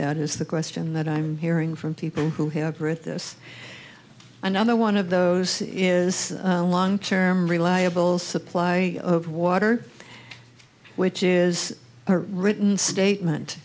that is the question that i'm hearing from people who have read this another one of those is a long term reliable supply of water which is a written statement